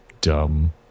dumb